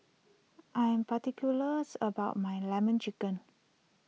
I am particular about my Lemon Chicken